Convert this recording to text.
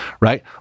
right